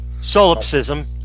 Solipsism